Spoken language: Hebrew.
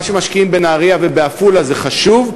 מה שמשקיעים בנהרייה ובעפולה זה חשוב,